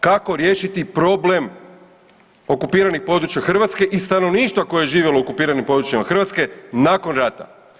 Kako riješiti problem okupiranih područja Hrvatske i stanovništva koje je živjelo u okupiranim područjima Hrvatske nakon rata?